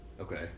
Okay